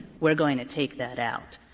we're going to take that out.